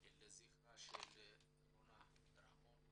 לזכרה של רונה רמון,